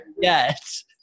Yes